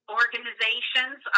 organizations